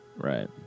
Right